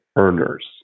earners